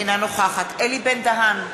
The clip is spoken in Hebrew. אינה נוכחת אלי בן-דהן,